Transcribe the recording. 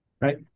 right